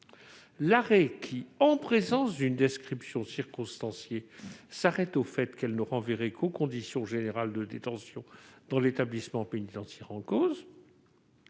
l'arrêt qui, en présence d'une description circonstanciée s'arrête au fait qu'elle ne renverrait qu'aux conditions générales de détention dans l'établissement pénitentiaire en cause